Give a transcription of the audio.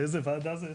באיזו ועדה זה יהיה?